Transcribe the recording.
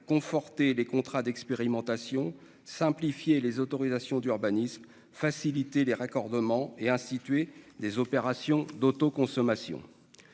conforter les contrats d'expérimentation simplifier les autorisations d'urbanisme faciliter les raccordements et instituer des opérations d'autoconsommation